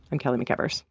i'm kelly mcevers